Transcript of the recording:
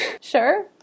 sure